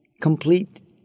complete